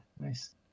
Nice